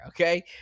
okay